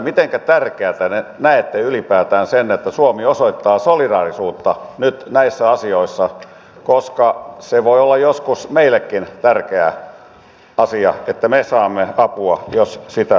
mitenkä tärkeänä näette ylipäätään sen että suomi osoittaa solidaarisuutta nyt näissä asioissa koska se voi olla joskus meillekin tärkeä asia että me saamme apua jos sitä tarvitsemme